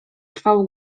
trwało